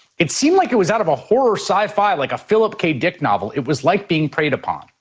it seemed like it was out of a horror sci-fi, like a philip k. dick novel. it was like being preyed upon.